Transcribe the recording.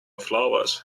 flowers